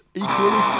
equally